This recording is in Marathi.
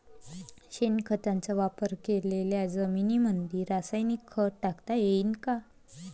शेणखताचा वापर केलेल्या जमीनीमंदी रासायनिक खत टाकता येईन का?